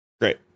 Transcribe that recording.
Great